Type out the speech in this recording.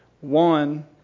One